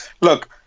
look